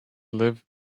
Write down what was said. live